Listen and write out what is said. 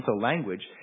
language